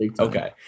Okay